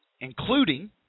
including